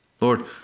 Lord